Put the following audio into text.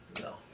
No